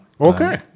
Okay